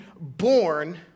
born